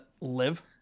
live